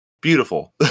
beautiful